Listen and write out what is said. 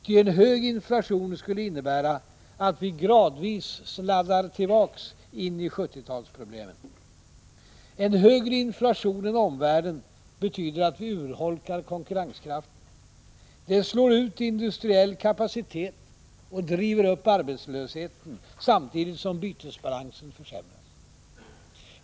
Ty en hög inflation skulle innebära att vi gradvis sladdar tillbaka in i 70-talsproblemen. — En högre inflation än i omvärlden betyder att vi urholkar konkurrenskraften. Det slår ut industriell kapacitet och driver upp arbetslösheten, samtidigt som bytesbalansen försämras.